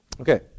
Okay